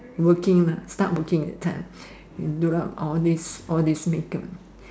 working ah start working that time do up all this all this make up